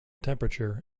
temperature